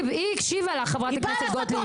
היא הקשיבה לך, חברת הכנסת גוטליב.